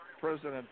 president